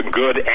good